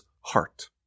heart